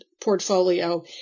portfolio